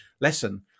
lesson